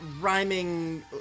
rhyming